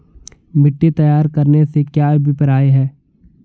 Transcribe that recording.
मिट्टी तैयार करने से क्या अभिप्राय है?